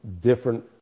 different